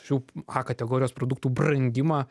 šių a kategorijos produktų brangimą